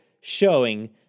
showing